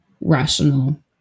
rational